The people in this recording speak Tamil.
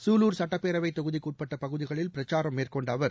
சூலூர் சட்டப் பேரவைத் தொகுதிக்கு உட்பட்ட பகுதிகளில் பிரச்சாரம் மேற்கொண்ட அவர்